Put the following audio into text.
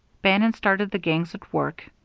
bannon started the gangs at work.